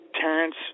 Terrence